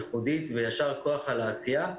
ייחודית ויישר כוח על העשייה.